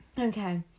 Okay